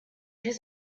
his